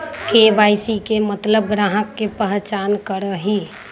KYC के मतलब ग्राहक का पहचान करहई?